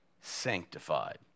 sanctified